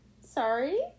Sorry